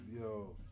Yo